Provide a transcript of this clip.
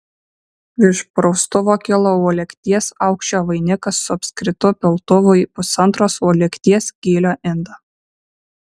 virš praustuvo kilo uolekties aukščio vainikas su apskritu piltuvu į pusantros uolekties gylio indą